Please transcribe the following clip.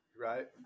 Right